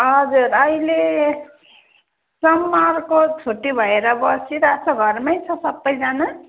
अहिले समरको छुट्टी भएर बसिरहेको छ घरमै छ सबैजना